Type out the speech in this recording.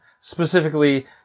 specifically